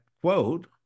quote